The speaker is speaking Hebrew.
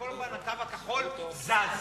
וכל הזמן הקו הכחול זז,